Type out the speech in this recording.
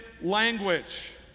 language